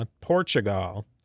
Portugal